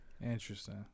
Interesting